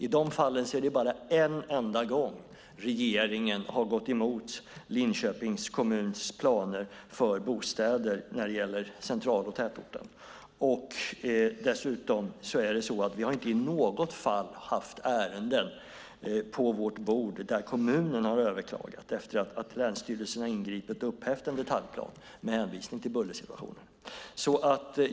I de fallen är det bara en enda gång som regeringen har gått emot Linköpings kommuns planer för bostäder när det gäller central och tätorten. Dessutom har vi inte i något fall haft ärenden på vårt bord där kommunen har överklagat efter att länsstyrelsen har ingripit och upphävt en detaljplan med hänvisning till bullersituationen.